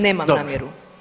Nemam namjeru.